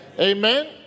amen